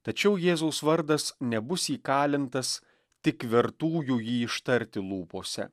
tačiau jėzaus vardas nebus įkalintas tik vertųjų jį ištarti lūpose